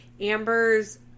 Amber's